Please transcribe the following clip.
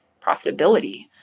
profitability